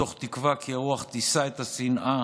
מתוך תקווה כי הרוח תישא את השנאה